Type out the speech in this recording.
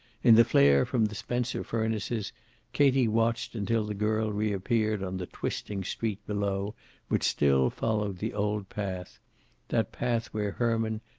in the flare from the spencer furnaces katie watched until the girl reappeared on the twisting street below which still followed the old path that path where herman,